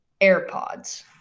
airpods